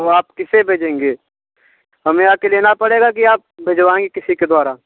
वो आप किसे भेजेंगे हमें आ कर लेना पड़ेगा कि आप भेजवाएंगे किसी के द्वारा